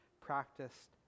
practiced